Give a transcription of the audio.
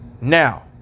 now